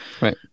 Right